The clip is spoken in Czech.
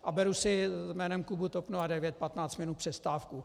A beru si jménem klubu TOP 09 patnáct minut přestávku.